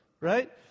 Right